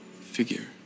figure